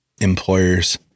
employers